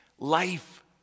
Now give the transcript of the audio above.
Life